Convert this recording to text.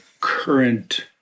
current